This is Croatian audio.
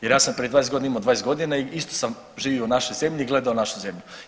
Jer ja sam prije 20 godina imao 20 godina i isto sam živio u našoj zemlji i gledao našu zemlju.